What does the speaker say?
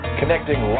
connecting